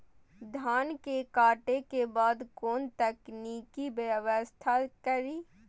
धान के काटे के बाद कोन तकनीकी व्यवस्था करी?